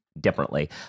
differently